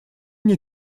мне